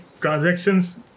transactions